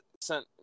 sent